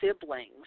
siblings